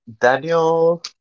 daniel